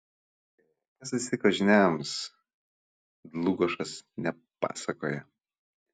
kas atsitiko žyniams dlugošas nepasakoja